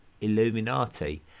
Illuminati